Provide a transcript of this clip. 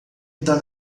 dar